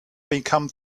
become